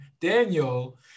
Daniel